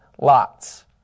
lots